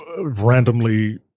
randomly